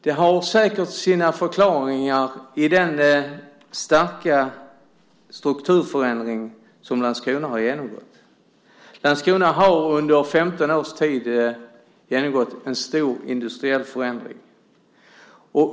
Det har säkert sina förklaringar i den starka strukturförändring som Landskrona har genomgått. Landskrona har under 15 års tid genomgått en stor industriell förändring.